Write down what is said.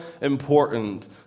important